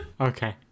Okay